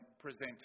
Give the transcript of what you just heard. present